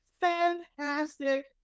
fantastic